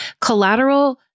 Collateral